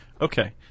Okay